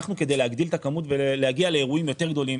כדי להגדיל את הכמות ולהגיע לאירועים יותר גדולים,